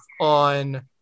on